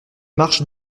marches